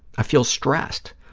i feel stressed,